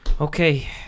Okay